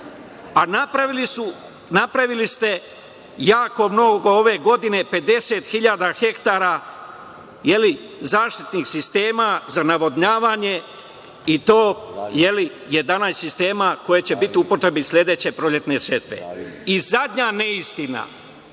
a napravili ste jako mnogo, ove godine 50.000 ha zaštitnih sistema za navodnjavanje i to 11 sistema koji će biti u upotrebi sledeće proletnje setve. Zadnja neistina